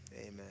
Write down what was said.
Amen